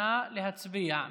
נא להצביע.